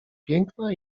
piękna